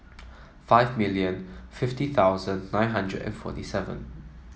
five million fifty thousand nine hundred and forty seven